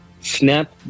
Snap